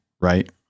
right